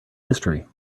history